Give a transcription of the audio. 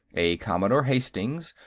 a commodore hastings,